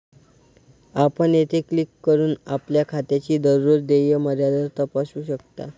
आपण येथे क्लिक करून आपल्या खात्याची दररोज देय मर्यादा तपासू शकता